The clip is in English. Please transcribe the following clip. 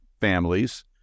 families